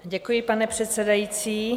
Děkuji, pane předsedající.